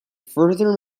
further